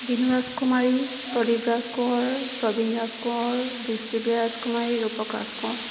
Binu Rajkumari Pradip Raj Konwar Prabin Raj Konwar Brishtibiya Rajkumari Rupak Raj Konwar